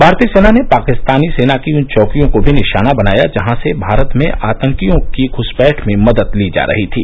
भारतीय सेना ने पाकिस्तानी सेना की उन चौकियों को भी निशाना बनाया जहां से भारत में आतंकियों की घ्सपैठ में मदद दी जा रही थी